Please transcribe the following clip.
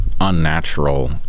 unnatural